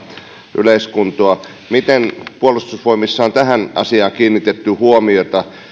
yleiskuntoa miten puolustusvoimissa on tähän asiaan kiinnitetty huomiota